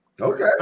okay